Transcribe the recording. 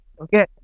Okay